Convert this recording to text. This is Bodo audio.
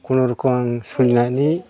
खुनुरुखुम आं सोलिनानै